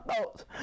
thoughts